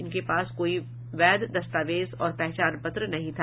इनके पास कोई वैध दस्तावेज और पहचान पत्र नहीं था